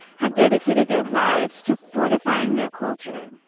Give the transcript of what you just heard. have dedicated their lives to fortifying their culture.